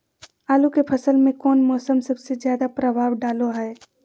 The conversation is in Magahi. आलू के फसल में कौन मौसम सबसे ज्यादा प्रभाव डालो हय?